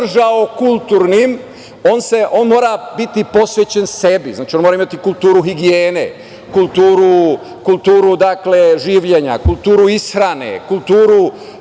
kulturnim, on mora biti posvećen sebi, on mora imati kulturu higijene, kulturu življenja, kulturu ishrane, kulturu